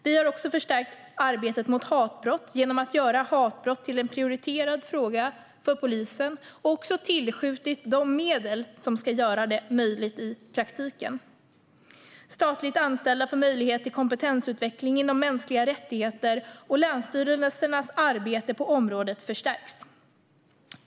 Vi har också förstärkt arbetet mot hatbrott genom att göra hatbrott till en prioriterad fråga för polisen och tillskjutit de medel som ska göra detta möjligt i praktiken. Statligt anställda får möjlighet till kompetensutveckling inom mänskliga rättigheter, och länsstyrelsernas arbete på området förstärks.